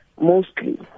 mostly